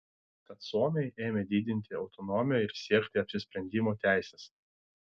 tad suomiai ėmė didinti autonomiją ir siekti apsisprendimo teisės